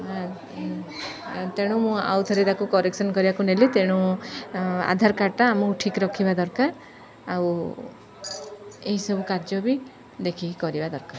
ତେଣୁ ମୁଁ ଆଉ ଥରେ ତାକୁ କରେକ୍ସନ୍ କରିବାକୁ ନେଲି ତେଣୁ ଆଧାର କାର୍ଡ଼୍ଟା ଆମକୁ ଠିକ୍ ରଖିବା ଦରକାର ଆଉ ଏହିସବୁ କାର୍ଯ୍ୟ ବି ଦେଖିକି କରିବା ଦରକାର